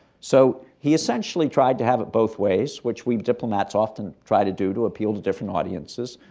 so he essentially tried to have it both ways, which we diplomats often try to do to appeal to different audiences.